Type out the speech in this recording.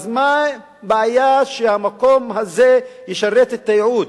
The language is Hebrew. אז מה הבעיה שהמקום הזה ישרת את הייעוד?